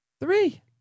three